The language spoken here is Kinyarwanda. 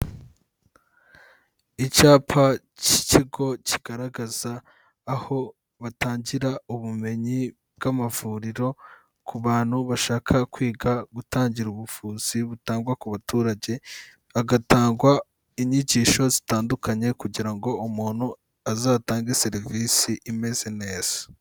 Icyapa cy'ikigo kigaragaza aho batangira ubumenyi bw'amavuriro ku bantu bashaka kwiga gutangira ubuvuzi butangwa ku baturage, hagatangwa inyigisho zitandukanye kugira ngo umuntu azatange serivisi imeze neza.